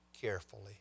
carefully